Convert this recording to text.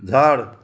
झाड